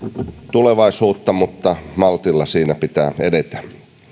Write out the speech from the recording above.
tulevaisuutta mutta maltilla siinä pitää edetä